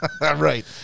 Right